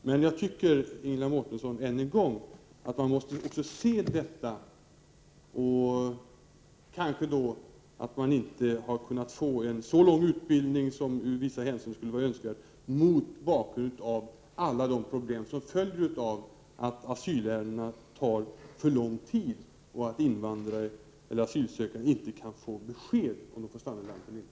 Jag vill än en gång säga, Ingela Mårtensson, att jag tycker att vi måste se det faktum att man kanske inte kunnat få så lång utbildning som i vissa hänseenden skulle vara önskvärt mot bakgrund av alla de problem som följer av att asylärendena tar för lång tid att handlägga och av att asylsökande inte får besked i tid om de får stanna i landet eller inte.